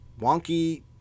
wonky